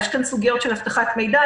יש כאן סוגיות של אבטחת מידע.